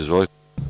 Izvolite.